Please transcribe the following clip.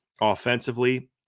offensively